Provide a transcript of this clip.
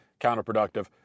counterproductive